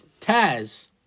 Taz